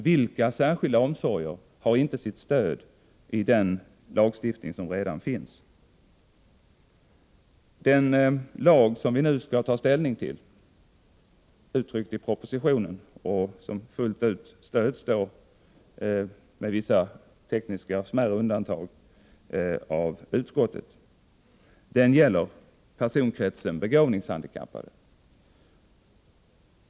Vilka särskilda omsorger har inte stöd i den lagstiftning som redan finns? I den lag som vi nu skall ta ställning till gäller personkretsen begåvningshandikappade.